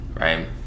Right